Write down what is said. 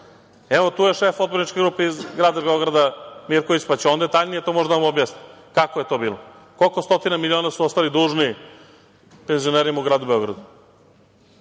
Evo, tu je šef odborničke grupe iz Grada Beograda, Mirković, pa će on detaljnije to možda da vam objasni kako je to bilo, koliko stotina miliona su ostali dužni penzionerima u Gradu Beogradu